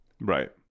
Right